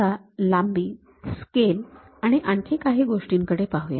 आता लांबी स्केल आणि आणखी काही गोष्टींकडे पाहूया